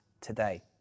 today